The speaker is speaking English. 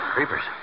Creepers